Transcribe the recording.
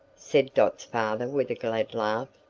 said dot's father with a glad laugh,